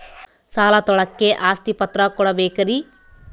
ಸಾಲ ತೋಳಕ್ಕೆ ಆಸ್ತಿ ಪತ್ರ ಕೊಡಬೇಕರಿ?